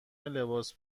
لباس